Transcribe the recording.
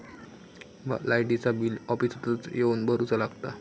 लाईटाचा बिल ऑफिसातच येवन भरुचा लागता?